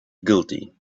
guilty